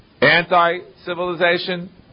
anti-civilization